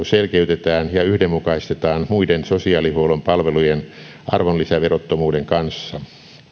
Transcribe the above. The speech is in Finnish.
selkeytetään ja yhdenmukaistetaan muiden sosiaalihuollon palveluiden arvonlisäverottomuuden kanssa